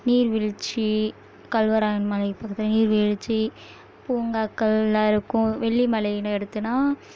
நீர் வீழ்ச்சி கல்வராயன் மலைப்பகுதி நீர் வீழ்ச்சி பூங்காக்கள்லாம் இருக்கும் வெள்ளி மலைனு எடுத்தோம்னா